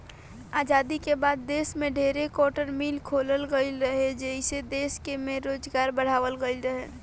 आजादी के बाद देश में ढेरे कार्टन मिल खोलल गईल रहे, जेइसे दश में रोजगार बढ़ावाल गईल रहे